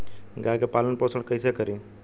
गाय के पालन पोषण पोषण कैसे करी?